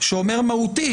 שאומר מהותית,